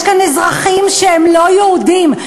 יש כאן אזרחים שהם לא יהודים.